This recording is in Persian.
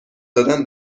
دادن